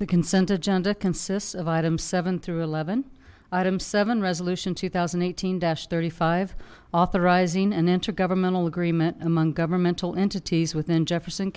the consent agenda consists of item seven through eleven item seven resolution two thousand eight hundred thirty five authorizing an intergovernmental agreement among governmental entities within jefferson